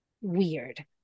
weird